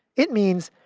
it means,